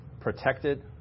protected